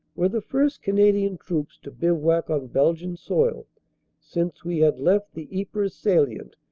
were the first canadian troops to bivouac on belgian soil since we had left the ypres salient,